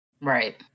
Right